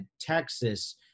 Texas